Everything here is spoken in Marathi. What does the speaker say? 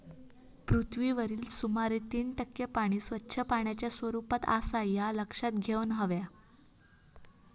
पृथ्वीवरील सुमारे तीन टक्के पाणी स्वच्छ पाण्याच्या स्वरूपात आसा ह्या लक्षात घेऊन हव्या